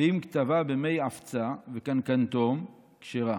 ואם כתבה במי עפצה וקלקנתוס, כשרה,